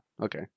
okay